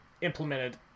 implemented